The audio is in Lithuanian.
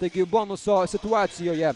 taigi bonuso situacijoje